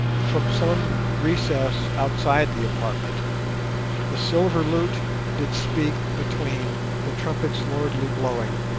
from some recess outside the apartment the silver lute did speak between the trumpet's lordly blowing